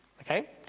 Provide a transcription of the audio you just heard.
Okay